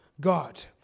God